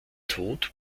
tod